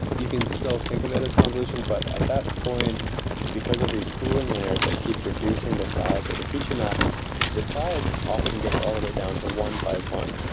you can still think of it as convolution, but at that point because of these pooling layers that keep producing the size of the feature map the size often gets all the way down to one by one.